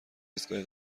ایستگاه